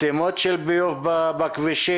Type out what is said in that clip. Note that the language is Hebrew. סתימות של ביוב בכבישים,